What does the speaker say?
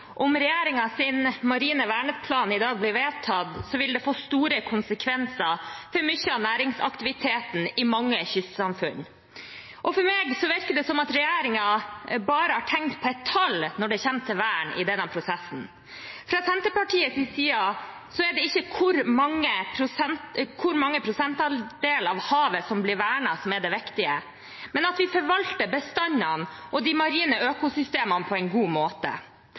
få store konsekvenser for mye av næringsaktiviteten i mange kystsamfunn. For meg virker det som at regjeringen bare har tenkt på et tall når det gjelder vern i denne prosessen. Fra Senterpartiets side er det ikke hvor mange prosentandeler av havet som blir vernet, som er det viktigste, men at vi forvalter bestandene og de marine økosystemene på en god måte.